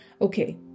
okay